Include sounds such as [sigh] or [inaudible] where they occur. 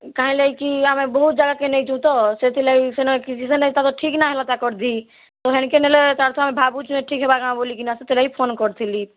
କାହିଁର୍ ଲାଗିକି ଆମେ ବହୁତ୍ ଜାଗାକେ ନେଇଛୁଁ ତ ସେଥିର୍ଲାଗି ସେନେ [unintelligible] ତାଙ୍କର୍ ଠିକ୍ ନାଇଁ ହେବାର୍ ତାଙ୍କର୍ ଦିହ୍ ତ ହେନ୍କେ ନେଲେ ତାର୍ ତ ଆମେ ଭାବୁଛୁଁ ଠିକ୍ ହେବା କାଁ ବୋଲିକିନା ସେଥିର୍ଲାଗି ଫୋନ୍ କରିଥିଲି